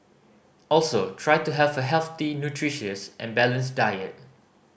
also try to have a healthy nutritious and balanced diet